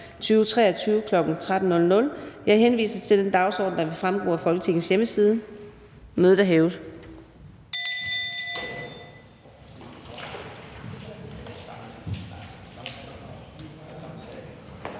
2023, kl. 13.00. Jeg henviser til den dagsorden, der vil fremgå af Folketingets hjemmeside. Mødet er hævet.